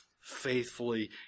faithfully